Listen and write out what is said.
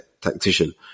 tactician